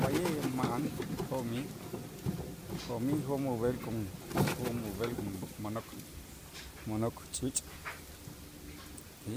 wa'ye' ma'an jo'mij jo'mij jo' ub'el kon jo' ub'el mo'nok mo'nok ch'iich'. sí